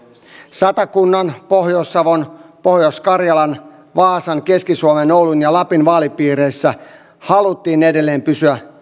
satakunnan pohjois savon pohjois karjalan vaasan keski suomen oulun ja lapin vaalipiireissä haluttiin edelleen pysyä